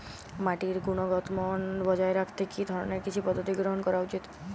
মাটির গুনগতমান বজায় রাখতে কি ধরনের কৃষি পদ্ধতি গ্রহন করা উচিৎ?